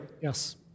Yes